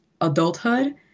adulthood